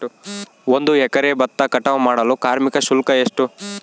ಒಂದು ಎಕರೆ ಭತ್ತ ಕಟಾವ್ ಮಾಡಲು ಕಾರ್ಮಿಕ ಶುಲ್ಕ ಎಷ್ಟು?